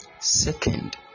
second